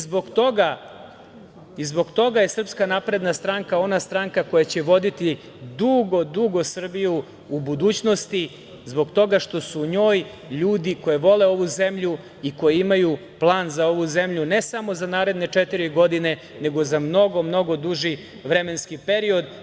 Zbog toga je SNS ona stranka koja će voditi dugo, dugo Srbiju u budućnosti zbog toga što su njoj ljudi koji vole ovu zemlju i koji imaju plan za ovu zemlju, ne samo za naredne četiri godine, nego za mnogo, mnogo duži vremenski period.